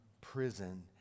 prison